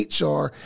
HR